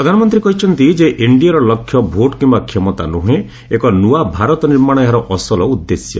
ପ୍ରଧାନମନ୍ତ୍ରୀ କହିଛନ୍ତି ଯେ ଏନ୍ଡିଏର ଲକ୍ଷ୍ୟ ଭୋଟ୍ କିମ୍ବା କ୍ଷମତା ନୁହେଁ ଏକ ନୂଆ ଭାରତ ନିର୍ମାଣ ଏହାର ଅସଲ ଉଦ୍ଦେଶ୍ୟ